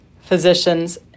physicians